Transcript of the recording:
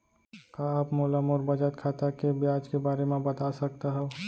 का आप मोला मोर बचत खाता के ब्याज के बारे म बता सकता हव?